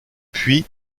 puis